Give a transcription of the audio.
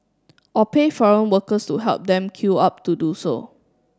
or pay foreign workers to help them queue up to do so